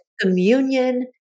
communion